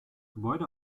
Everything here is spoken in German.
gebäude